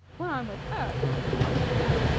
when i'm with her i don't know.